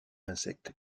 insectes